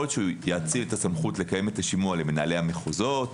יכול להיות שיאציל את הסמכות לקיים את השימוע למנהלי המחוזות.